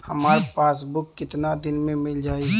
हमार पासबुक कितना दिन में मील जाई?